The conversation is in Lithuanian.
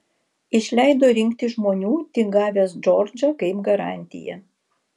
išleido rinkti žmonių tik gavęs džordžą kaip garantiją